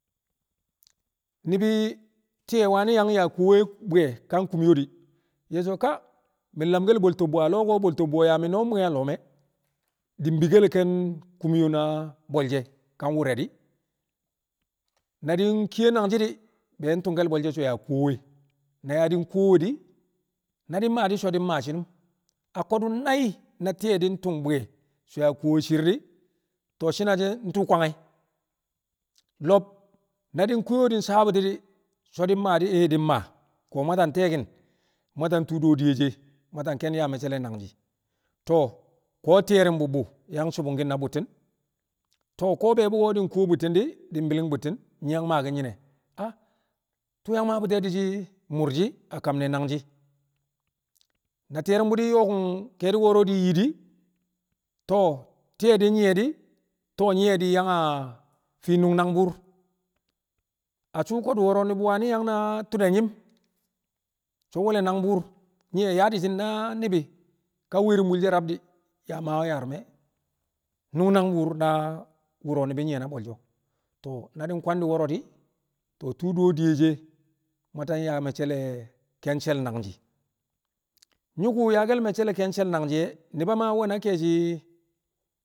nibi tiye wani yang ya kowe bwe ye sho min lam kel bol tobbo. bol tobbo wu ya mi noo muye loor me e din bi kel ken kumiyo na bol she ka wure di na din kee nangshi di be njung kel bol she sho ya kowe na ya din kowe di na din maa di sho din ma shi num a kodu nai na tiye din tung bwe di shii na she tu kwa ngye lob na diin kowe din sabuti di so din maa dii ii din ma to mwatan te Mwata tuu dewe diye she Mwata ken nangshi ko terinbu yang subunkin na butin ko bebi ko nko butin di din biling butin nyi yang ma kin nyine tuu ya ma buti e dii shii murshi a kam ne nangji na terinbu din nyokun kedi koro din yii dii tiye din nye dii nyiye din yang fi nung nangbur kodu nibi wani yang na tudel nyim so nwol le nangbur nyiye ya di shin na nibi ka werinbul she rab di ya mawe yarime ung nangbur na wuro wu nibi nye na bol she wu na din kwandi woro dii tuu dewe diye she Mwata ya mecce le ken chel nangshi Nyiko aa el mecce e ken nagshi e nuba maa we na ke shi.